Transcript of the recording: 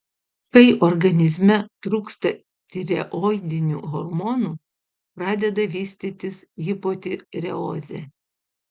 kai organizme trūksta tireoidinių hormonų pradeda vystytis hipotireozė